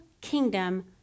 kingdom